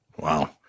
Wow